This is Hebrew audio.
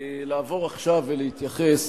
לעבור עכשיו ולהתייחס